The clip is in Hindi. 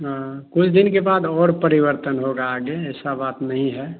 हाँ कुछ दिन के बाद और परिवर्तन होगा आगे ऐसी बात नहीं है